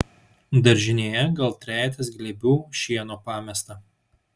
daržinėje gal trejetas glėbių šieno pamesta